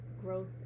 growth